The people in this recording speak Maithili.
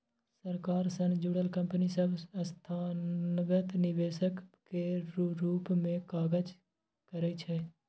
सरकार सँ जुड़ल कंपनी सब संस्थागत निवेशक केर रूप मे काज करइ छै